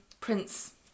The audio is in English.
Prince